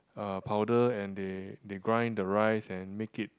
uh powder and they they grind the rice and make it